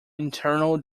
internal